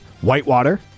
Whitewater